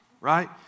right